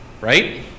right